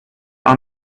are